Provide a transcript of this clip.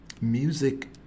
music